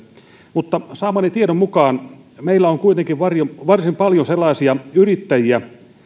mutta saamani tiedon mukaan meillä on kuitenkin varsin paljon sellaisia yrittäjiä